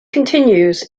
continues